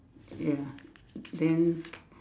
ya then